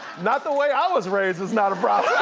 not the way i was raised, it's not a